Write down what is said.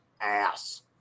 ass